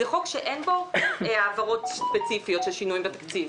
זה חוק שאין בו העברות ספציפיות של שינויים בתקציב.